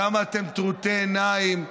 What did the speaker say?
כמה אתם טרוטי עיניים.